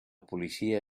policia